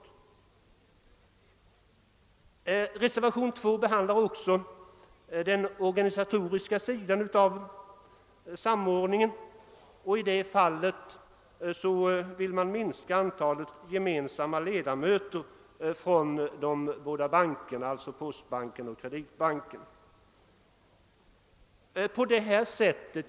I reservationen behandlas också den organisatoriska sidan av samordningen, och härvidlag vill man minska antalet ledamöter från de båda bankerna postbanken och Kreditbanken.